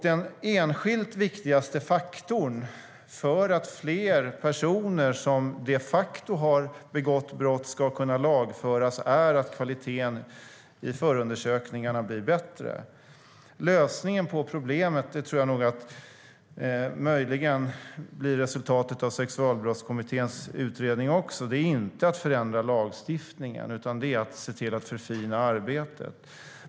Den enskilt viktigaste faktorn för att fler personer som de facto har begått brott ska kunna lagföras är att kvaliteten i förundersökningarna blir bättre. Lösningen på problemet - detta tror jag möjligen blir resultatet av Sexualbrottskommitténs utredning också - är inte att förändra lagstiftningen, utan det är att se till att förfina arbetet.